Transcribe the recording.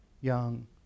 young